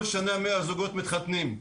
כל שנה מאה זוגות מתחתנים,